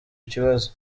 ikibazo